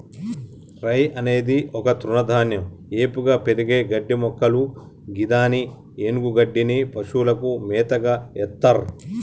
రై అనేది ఒక తృణధాన్యం ఏపుగా పెరిగే గడ్డిమొక్కలు గిదాని ఎన్డుగడ్డిని పశువులకు మేతగ ఎత్తర్